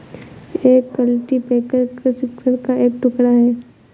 एक कल्टीपैकर कृषि उपकरण का एक टुकड़ा है